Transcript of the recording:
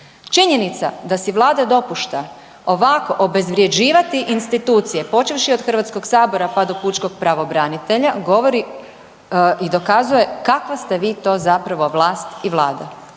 Činjenica da si Vlada dopušta ovako obezvrjeđivati institucije počevši od Hrvatskog Sabora pa do pučkog pravobranitelja govori i dokazuje kakva ste vi to zapravo vlast i Vlada.